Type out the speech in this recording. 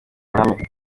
ruhame